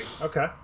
Okay